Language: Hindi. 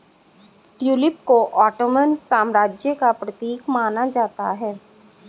ट्यूलिप को ओटोमन साम्राज्य का प्रतीक माना जाता है